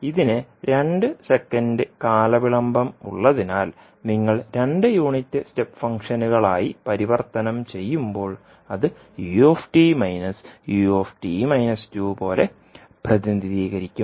ഇതിന് രണ്ട് സെക്കൻഡ് കാലവിളംബം ഉള്ളതിനാൽ നിങ്ങൾ രണ്ട് യൂണിറ്റ് സ്റ്റെപ്പ് ഫംഗ്ഷനുകളായി പരിവർത്തനം ചെയ്യുമ്പോൾ അത് പോലെ പ്രതിനിധീകരിക്കും